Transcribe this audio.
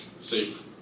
safe